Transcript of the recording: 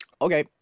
Okay